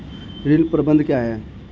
ऋण प्रबंधन क्या है?